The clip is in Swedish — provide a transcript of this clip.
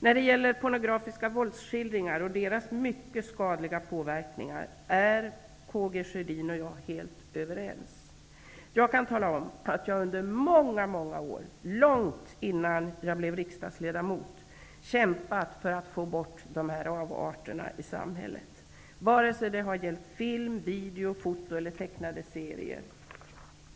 När det gäller pornografiska våldsskildringar och deras mycket skadliga påverkan är Karl-Gustaf Sjödin och jag helt överens. Jag kan tala om att jag under många, många år -- långt innan jag blev riksdagsledamot -- kämpat för att få bort dessa avarter i samhället, antingen det gäller film, video, foto eller tecknade serier,